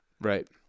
right